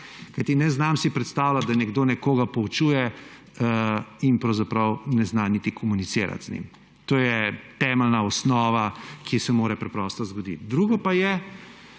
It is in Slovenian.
ne znam si predstavljati, da nekdo nekoga poučuje in pravzaprav ne zna niti komunicirati z njim. To je temeljna osnova, ki se mora preprosto zgoditi. Drugo pa je